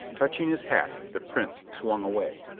touching his hat, the prince swung away.